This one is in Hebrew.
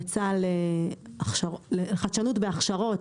יצא לחדשנות בהכשרות.